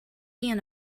ian